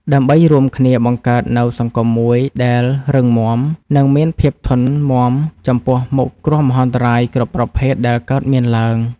ដើម្បីរួមគ្នាបង្កើតនូវសង្គមមួយដែលរឹងមាំ និងមានភាពធន់មាំចំពោះមុខគ្រោះមហន្តរាយគ្រប់ប្រភេទដែលកើតមានឡើង។